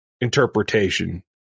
interpretation